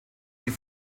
die